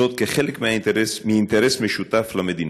זאת כחלק מאינטרס משותף של המדינות.